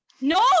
No